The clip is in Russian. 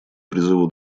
призыву